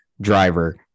driver